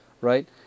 right